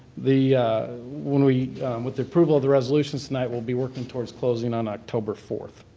the when we with the approval of the resolutions tonight, we'll be working towards closing on october fourth.